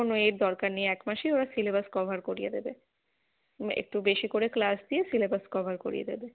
কোনো এর দরকার নেই এক মাসেই ওরা সিলেবাস কভার করিয়ে দেবে মানে একটু বেশি করে ক্লাস দিয়ে সিলেবাস কভার করিয়ে দেবে